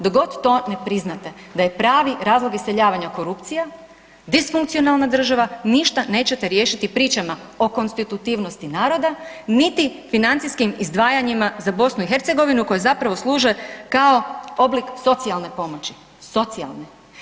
Dok god to ne priznate da je pravi razlog iseljavanja korupcija, disfunkcionalna država, ništa nećete riješiti pričama o konstitutivnosti naroda niti financijskim izdvajanjima za BiH koje zapravo služe kao oblik socijalne pomoći, socijalne.